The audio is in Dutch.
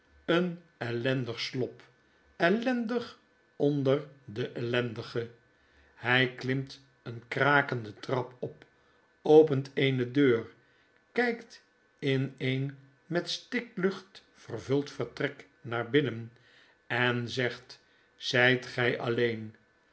een ellendig slop ellendig onder de ellendige hfl klimt een krakende trap op opent eene deur kpt in een met stiklucht vervuld vertrek naar binnen en zegt zyt gij alleen